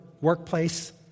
workplace